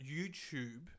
YouTube